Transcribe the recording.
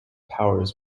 powers